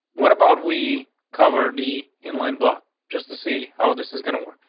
what about we cover the in line block just to see how this is gonna work.